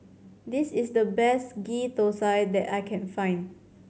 this is the best Ghee Thosai that I can find